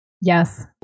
Yes